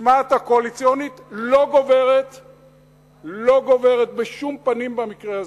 המשמעת הקואליציונית לא גוברת בשום פנים במקרה הזה.